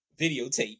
videotape